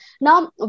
Now